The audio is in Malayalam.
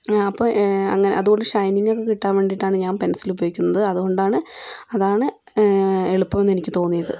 ആ അപ്പം അങ്ങനെ അതുകൊണ്ട് ഷൈനിംഗ് ഒക്കെ കിട്ടാൻ വേണ്ടിയിട്ടാണ് ഞാൻ പെൻസിൽ ഉപയോഗിക്കുന്നത് അതുകൊണ്ടാണ് അതാണ് എളുപ്പം എന്ന് എനിക്ക് തോന്നിയത്